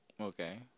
Okay